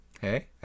hey